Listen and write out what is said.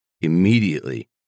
immediately